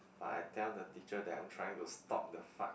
but I tell the teacher that I'm trying to stop the fight